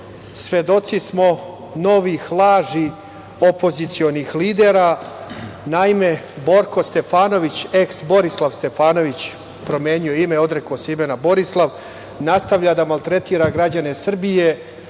svedoci smo novih lažni opozicionih lidera. Naime, Borko Stefanović, eks Borislav Stefanović, promenio je ime, odrekao se imena Borislav, nastavlja da maltretira građane Srbije,